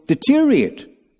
deteriorate